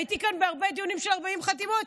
הייתי כאן בהרבה דיונים של 40 חתימות.